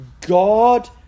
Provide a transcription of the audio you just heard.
God